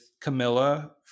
Camilla